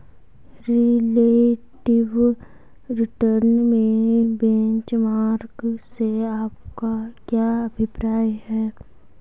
Relative return में benchmark से आपका क्या अभिप्राय है?